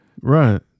Right